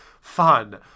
fun